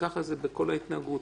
וככה זה בכל ההתנהגות.